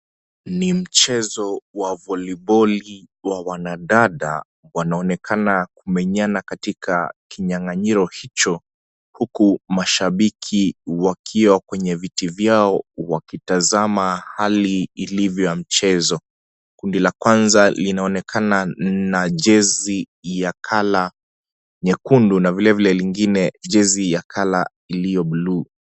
Ni mchezo wa voliboli wa wanadada, wanaonekana kumenyana katika kinyanganyiro hicho huku mashabiki wakiwa kwenye viti vyao wakitazama hali ilivyo ya mchezo. Kundi la kwanza linaonekana na jezi ya colour nyekundu na vilevile lingine jezi ya colour iliyo buluu.